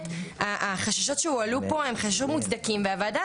החששות שהועלו פה הם חששות מוצדקים והוועדה